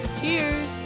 Cheers